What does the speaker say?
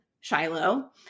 Shiloh